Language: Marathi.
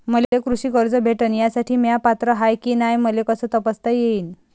मले कृषी कर्ज भेटन यासाठी म्या पात्र हाय की नाय मले कस तपासता येईन?